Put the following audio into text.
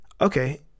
Okay